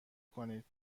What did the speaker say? کنید